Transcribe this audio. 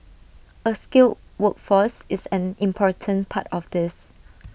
A skilled workforce is an important part of this